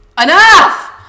Enough